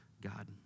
God